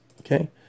okay